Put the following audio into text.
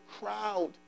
crowd